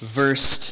verse